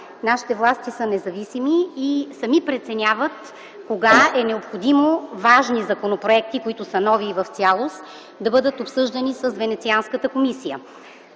Нашите власти са независими и сами преценяват кога е необходимо важни законопроекти, които са нови и в цялост, да бъдат обсъждани с Венецианската комисия.